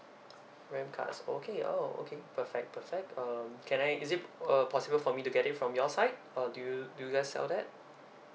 RAM cards okay oh okay perfect perfect um can I is it uh possible for me to get it from your side or do you do you guys sell that